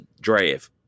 draft